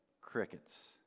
crickets